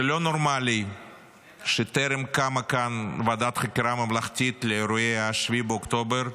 זה לא נורמלי שטרם קמה כאן ועדת חקירה ממלכתית לאירועי 7 באוקטובר.